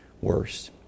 worse